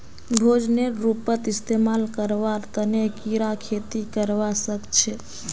भोजनेर रूपत इस्तमाल करवार तने कीरा खेती करवा सख छे